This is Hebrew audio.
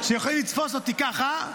שיכולים לתפוס אותי ככה.